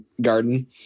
garden